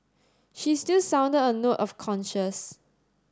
she still sounded a note of cautions